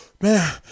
man